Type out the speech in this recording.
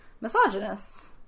misogynists